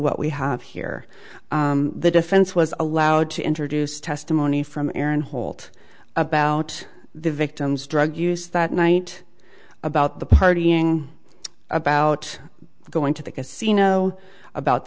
what we have here the defense was allowed to introduce testimony from aaron holt about the victim's drug use that night about the partying about going to the casino about